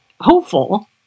hopeful